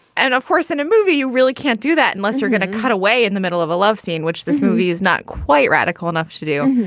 and of course, in a movie, you really can't do that unless you're going to cut away in the middle of a love scene, which this movie is not quite radical enough to do.